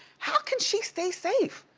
how can she stay safe?